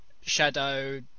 Shadow